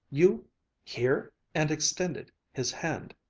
you here! and extended his hand.